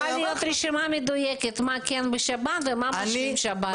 אז צריכה להיות רשימה מדויקת מה כן בשב"ן ומה משלים שב"ן.